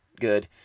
good